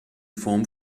form